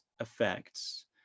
effects